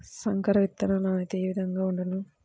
సంకర విత్తనాల నాణ్యత ఏ విధముగా ఉండును?